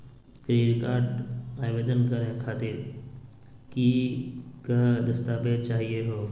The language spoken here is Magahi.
क्रेडिट कार्ड आवेदन करे खातीर कि क दस्तावेज चाहीयो हो?